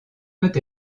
peut